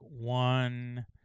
one